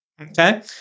Okay